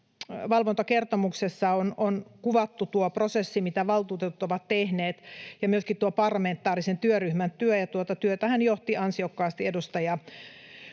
Valvontakertomuksessa on kuvattu prosessi, mitä valtuutetut ovat tehneet, ja myöskin parlamentaarisen työryhmän työ, ja tuota työtähän johti ansiokkaasti edustaja